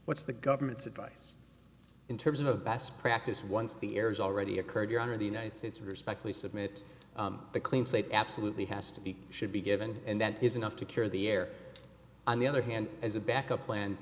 what's the government's advice in terms of best practice once the errors already occurred your honor the united states respectfully submit the clean slate absolutely has to be should be given and that is enough to cure the err on the other hand as a backup plan